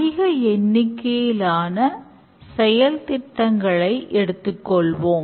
அதிக எண்ணிக்கையிலான செயல்திட்டங்களை எடுத்துக்கொள்வோம்